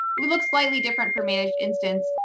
it looks slightly different for managed instance.